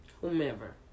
whomever